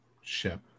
ship